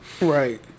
Right